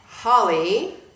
Holly